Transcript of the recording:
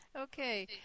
Okay